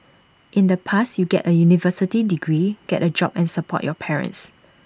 in the past you get A university degree get A job and support your parents